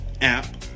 app